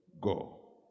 go